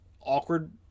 awkward